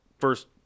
first